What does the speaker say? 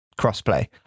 crossplay